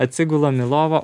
atsigulam į lovą